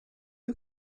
ein